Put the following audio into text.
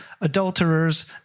adulterers